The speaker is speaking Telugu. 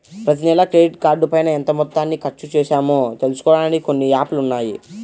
ప్రతినెలా క్రెడిట్ కార్డుపైన ఎంత మొత్తాన్ని ఖర్చుచేశామో తెలుసుకోడానికి కొన్ని యాప్ లు ఉన్నాయి